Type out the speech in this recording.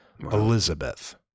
Elizabeth